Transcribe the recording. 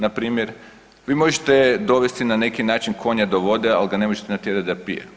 Npr. vi možete dovesti na neki način konja do vode, al ga ne možete natjerat da pije.